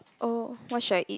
oh what should I eat